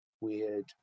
weird